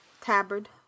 Tabard